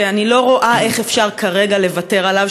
שאני לא רואה איך אפשר כרגע לוותר עליו,